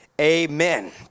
amen